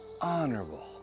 honorable